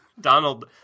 Donald